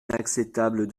inacceptable